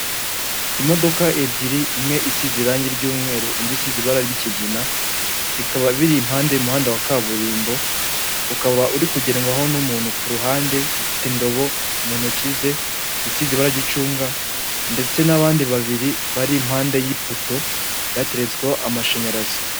Imodoka ebyiri imwe isize irangi ry'umweru indi isiza ibara ry'ikigina, ikaba biri impande umuhanda wa kaburimbo, ukaba uri kugendwaho n'umuntu ku ruhande ufite indobo mu ntoki ze isize ibara ry'icunga ndetse n'abandi babiri bari impande y'ipoto yateretsweho amashanyarazi.